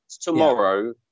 tomorrow